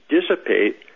dissipate